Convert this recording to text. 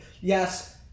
yes